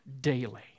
daily